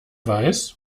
weiß